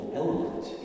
element